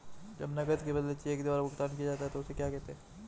जब नकद के बदले चेक द्वारा भुगतान किया जाता हैं उसे क्या कहते है?